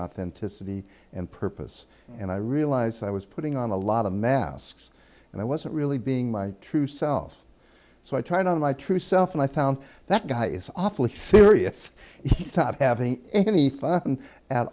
authenticity and purpose and i realized i was putting on a lot of masks and i wasn't really being my true self so i tried on my true self and i found that guy is awfully serious he stopped having any fun at